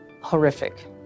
Horrific